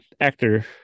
actor